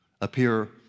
appear